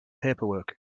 paperwork